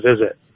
visit